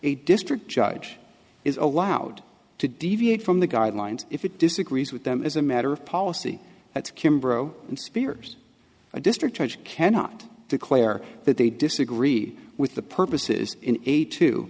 a district judge is allowed to deviate from the guidelines if it disagrees with them as a matter of policy that's kimber zero and spears a district judge cannot declare that they disagree with the purposes in